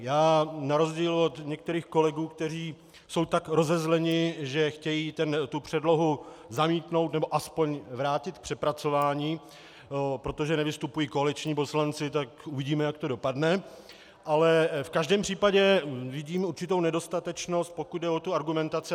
Já na rozdíl od některých kolegů, kteří jsou tak rozezleni, že chtějí tu předlohu zamítnout nebo aspoň vrátit k přepracování protože nevystupují koaliční poslanci, tak uvidíme, jak to dopadne ale v každém případě vidím určitou nedostatečnost, pokud jde o tu argumentaci.